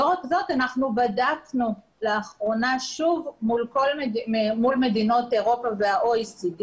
לא רק זאת אלא שבדקנו לאחרונה שוב מול מדינות אירופה וזה ה-OECD